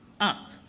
up